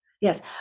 Yes